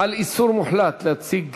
חל איסור מוחלט להציג